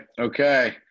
Okay